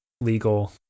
legal